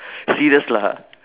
serious lah